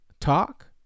talk